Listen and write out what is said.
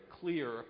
clear